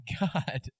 God